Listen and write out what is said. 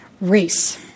race